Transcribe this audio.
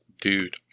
Dude